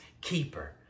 keeper